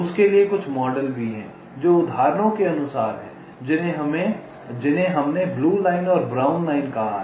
उसके लिए कुछ मॉडल भी हैं जो उदाहरणों के अनुसार हैं जिन्हें हमने ब्लू लाइन और ब्राउन लाइन कहा है